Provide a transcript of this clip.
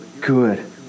good